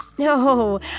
No